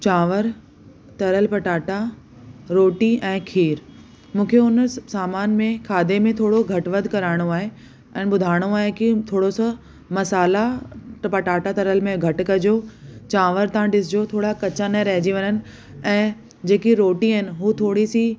चांवरु तरियल पटाटा रोटी ऐं खीर मूंखे हुन सामान में खाधे में थोरो घटि वधि कराइणो आहे ऐं ॿुधाइणो आहे कि थोरो सों मसाला पटाटा तरियल में घटि कजो चांवरु ता ॾिसजो थोरा कचा न रहिजी वञनि ऐं जेकी रोटी आहिनि उहे थोरी सी